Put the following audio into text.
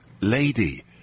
lady